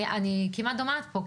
אני כמעט דומעת פה,